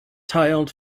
tiled